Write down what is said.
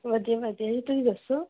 ਵਧੀਆ ਵਧੀਆ ਜੀ ਤੁਸੀਂ ਦੱਸੋ